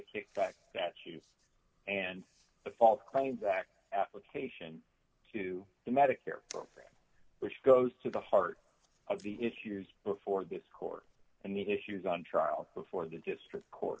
kickback that you and the false claims act application to the medicare program which goes to the heart of the issues before this court and the issues on trial before the district court